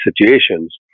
situations